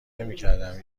نمیکردم